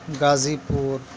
غازی پور